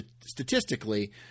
Statistically